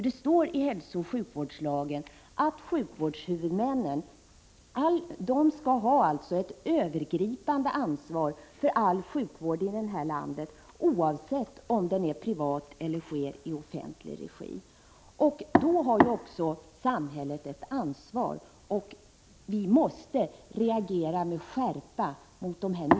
Det står i hälsooch sjukvårdslagen att sjukvårdshuvudmännen har ett övergripande ansvar för all sjukvård i landet, oavsett om den är privat eller ges i offentlig regi. Då har också samhället ett ansvar, och vi måste reagera med skärpa mot sådana här Prot.